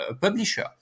publisher